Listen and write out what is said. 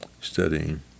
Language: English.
studying